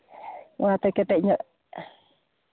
ᱚᱱᱟᱛᱮ ᱠᱮᱴᱮᱡ ᱧᱚᱜ